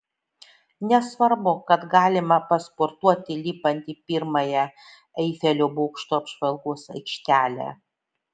nesvarbu kad galima pasportuoti lipant į pirmąją eifelio bokšto apžvalgos aikštelę